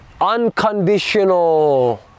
unconditional